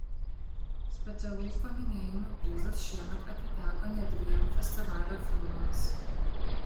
specialaus paminėjimo prizas šiemet atiteko net dviem festivalio filmams